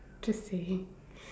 to say